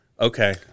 Okay